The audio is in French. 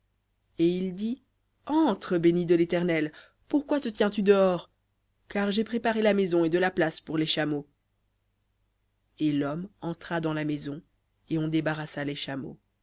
et il dit entre béni de l'éternel pourquoi te tiens-tu dehors car j'ai préparé la maison et de la place pour les chameaux et l'homme entra dans la maison et on débarrassa les chameaux